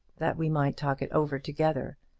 that we might talk it over together,